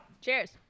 Cheers